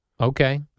Okay